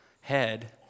head